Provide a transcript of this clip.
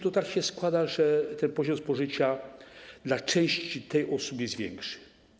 Tak się składa, że ten poziom spożycia dla części tych osób jest większy.